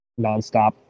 nonstop